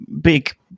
big